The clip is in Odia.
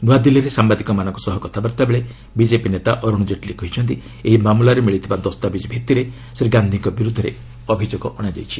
ନ୍ତଆଦିଲ୍ଲୀରେ ସାମ୍ଭାଦିକମାନଙ୍କ ସହ କଥାବାର୍ତ୍ତା ବେଳେ ବିଜେପି ନେତା ଅର୍ଶ ଜେଟଲୀ କହିଛନ୍ତି ଏହି ମାମଲାରେ ମିଳିଥିବା ଦସ୍ତାବିଜ୍ ଭିତ୍ତିରେ ଶ୍ରୀ ଗାନ୍ଧିଙ୍କ ବିର୍ତ୍ଧରେ ଅଭିଯୋଗ ଅଣାଯାଇଛି